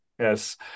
Yes